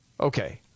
Okay